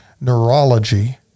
neurology